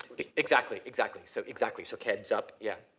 exactly, exactly, so exactly, so ketchup, yeah,